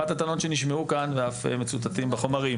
אחת הטענות שנשמעו כאן ואף מצוטטים בחומרים,